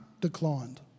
declined